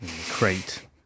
crate